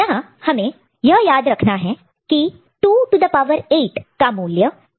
यहां हमें यह याद रखना है की 2 टू द पावर 8 का मूल्य 256 है